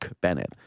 Bennett